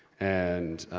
and,